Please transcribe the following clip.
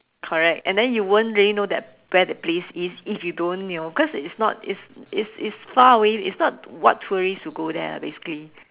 correct and then you won't really know that where that place is if you don't you know cause it's not it's it's it's far away it's not what tourist would go there basically